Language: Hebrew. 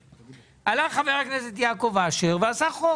הלך חבר הכנסת יעקב אשר ועשה חוק